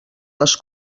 les